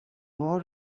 war